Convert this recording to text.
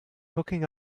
hooking